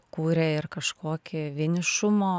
kūrė ir kažkokį vienišumo